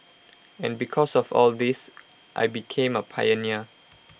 and because of all this I became A pioneer